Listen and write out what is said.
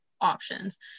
options